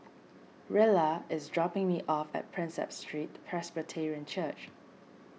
Rella is dropping me off at Prinsep Street Presbyterian Church